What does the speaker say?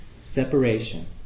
separation